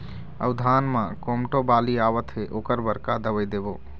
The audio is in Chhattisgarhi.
अऊ धान म कोमटो बाली आवत हे ओकर बर का दवई देबो?